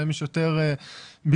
שבהם יש יותר ביקוש,